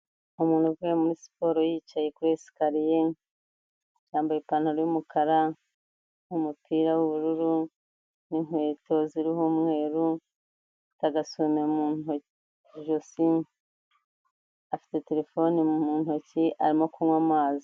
Umuntu uvuye muri siporo yicaye kuri esikariye yambaye ipantaro y'umukara, umupira w'ubururu n'inkweto ziriho umweru, agasume mu ijosi, afite telephone mu ntoki arimo kunywa amazi.